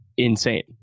Insane